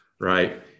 right